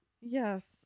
yes